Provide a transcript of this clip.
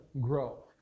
grow